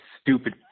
stupid